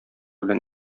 белән